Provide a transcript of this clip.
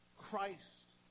Christ